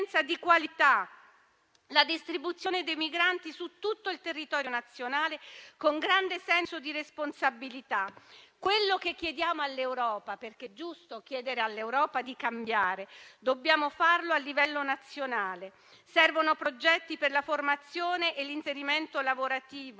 una distribuzione dei migranti su tutto il territorio nazionale, con grande senso di responsabilità. Quello che chiediamo all'Europa - perché è giusto chiederle di cambiare - dobbiamo chiederlo a livello nazionale. Servono progetti per la formazione e l'inserimento lavorativo: